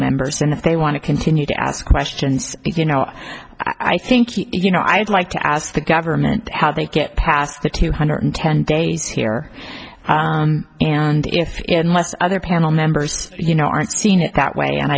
members and if they want to continue to ask questions you know i think you know i'd like to ask the government how they get past the two hundred ten days here and if in months other panel members you know aren't seen it that way and